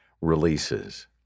releases